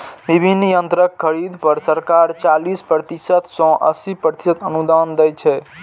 विभिन्न यंत्रक खरीद पर सरकार चालीस प्रतिशत सं अस्सी प्रतिशत अनुदान दै छै